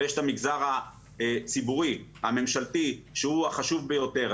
ויש את המגזר הציבורי, הממשלתי, שהוא החשוב ביותר.